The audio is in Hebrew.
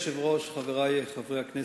אדוני היושב-ראש, חברי חברי הכנסת,